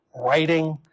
writing